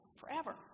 forever